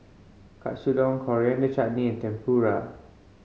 Katsudon Coriander and Chutney Tempura